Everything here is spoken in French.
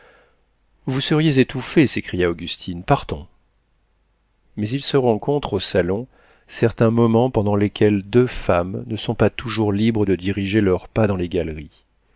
vous seriez étouffée s'écria augustine partons mais il se rencontre au salon certains moments pendant lesquels deux femmes ne sont pas toujours libres de diriger leurs pas dans les galeries